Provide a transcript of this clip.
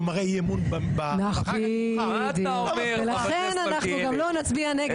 מראה אי-אמון --- לכן אנחנו גם לא נצביע נגד.